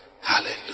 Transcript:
Hallelujah